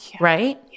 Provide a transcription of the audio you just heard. right